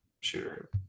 sure